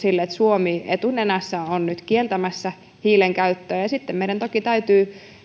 että suomi etunenässä on nyt kieltämässä hiilen käyttöä ja ja sitten meidän toki täytyy